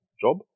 job